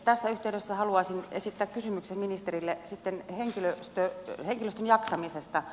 tässä yhteydessä haluaisin nyt esittää kysymyksen ministerille sitten henkilöstön jaksamisesta